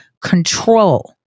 control